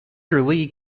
lee